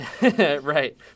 Right